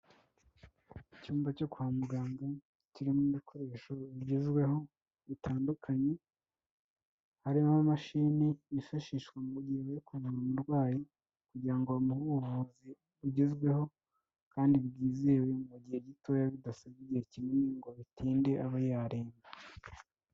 Icyumba cyo kwa muganga kirimo ibikoresho bigezweho bitandukanye, harimo imashini yifashishwa mu gihe berekana umurwayi kugira ngo bamuhe ubuvuzi bugezweho, kandi bwizewe mu gihe gitoya bidasabye igihe kinini ngo bitinde abe yarenga.